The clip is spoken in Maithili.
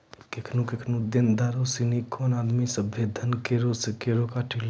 केखनु केखनु देनदारो सिनी कोनो आदमी के सभ्भे धन करो से काटी लै छै